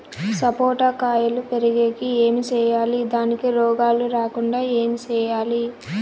సపోట కాయలు పెరిగేకి ఏమి సేయాలి దానికి రోగాలు రాకుండా ఏమి సేయాలి?